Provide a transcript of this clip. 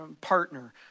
partner